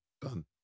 done